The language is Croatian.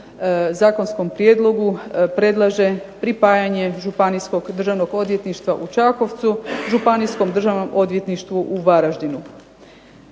zakonskom prijedlogu predlaže pripajanje Županijskog državnog odvjetništva u Čakovcu Županijskom državnom odvjetništvu u Varaždinu.